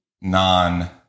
non